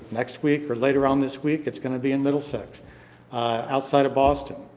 next week or later on this week, it's going to be in middlesex outside of boston.